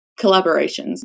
collaborations